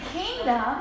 kingdom